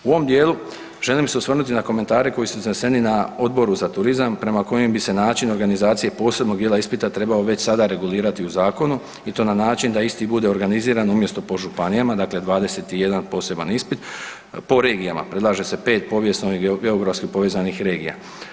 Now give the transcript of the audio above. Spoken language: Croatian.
U ovom dijelu želim se osvrnuti na komentare koji su izneseni na Odboru za turizam prema kojem bi se način organizacije posebnog dijela ispita trebao već sada regulirati u zakonu i to na način da isti bude organiziran umjesto, po županijama, dakle 21 poseban ispit, po regijama, predlaže se 5 povijesno i geografski povezanih regija.